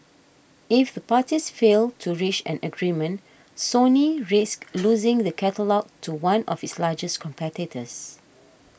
if the parties fail to reach an agreement Sony risks losing the catalogue to one of its largest competitors